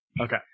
Okay